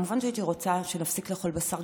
הייתי רוצה שנפסיק לאכול בשר,